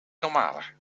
normaler